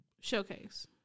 Showcase